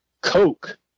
Coke